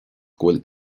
bhfuil